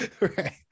Right